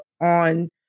on